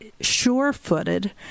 sure-footed